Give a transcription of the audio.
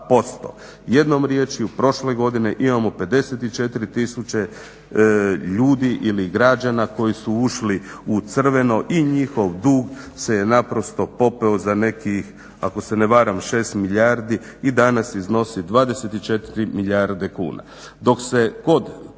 Jednom rječju prošle godine imamo 54 tisuće ljudi ili građana koji su ušli u crveno i njihov dug se naprosto popeo za nekih ako se ne varam 6 milijardi i danas iznosi 24 milijarde kuna.